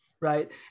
right